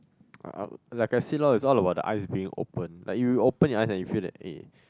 I'll like I say lor it's all about the eyes being open like you you open your eyes and you feel like eh